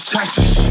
Texas